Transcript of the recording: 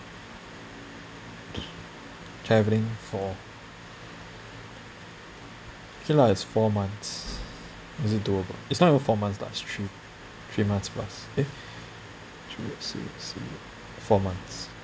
travelling for what okay lah it's four months it's doable it's not even four months lah it's three three months plus eh 十五十六 four months